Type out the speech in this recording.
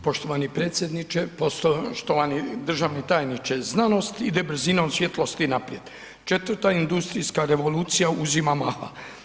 Poštovani predsjedniče, poštovani državni tajniče, znanost ide brzinom svjetlosti naprijed, četvrta industrijska revolucija uzima maha.